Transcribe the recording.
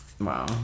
Wow